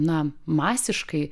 na masiškai